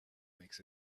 makes